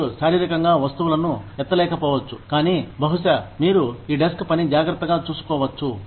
మీరు శారీరకంగా వస్తువులను ఎత్తలేకపోవచ్చు కానీ బహుశా మీరు ఈ డెస్క్ పని జాగ్రత్తగా చూసుకోవచ్చు